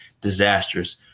disastrous